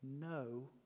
no